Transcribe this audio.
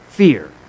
fear